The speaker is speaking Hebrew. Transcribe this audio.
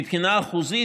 מבחינה אחוזית,